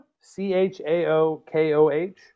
c-h-a-o-k-o-h